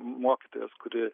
mokytojas kuri